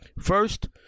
First